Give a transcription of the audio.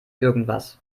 irgendwas